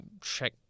check